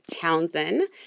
Townsend